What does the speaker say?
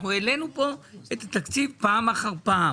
אנחנו העלינו פה את התקציב פעם אחר פעם